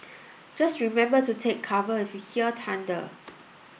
just remember to take cover if you hear thunder